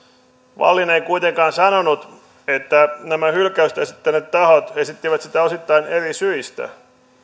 wallin ei kuitenkaan sanonut että nämä hylkäystä esittäneet tahot esittivät sitä osittain eri syistä